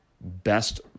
best